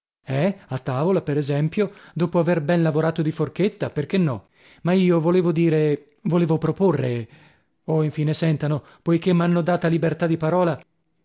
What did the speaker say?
eh a tavola per esempio dopo aver ben lavorato di forchetta perchè no ma io volevo dire volevo proporre oh infine sentano poichè m'hanno data libertà di parola